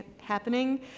happening